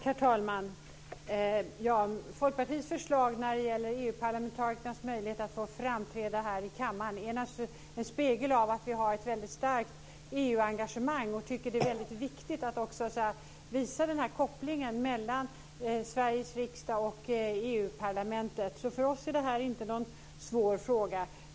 Herr talman! Folkpartiets förslag när det gäller EU-parlamentarikernas möjlighet att få framträda här i kammaren är naturligtvis en spegling av att vi har ett väldigt starkt EU-engagemang och tycker att det är väldigt viktigt att också visa den här kopplingen mellan Sveriges riksdag och EU-parlamentet, så för oss är det här inte någon svår fråga.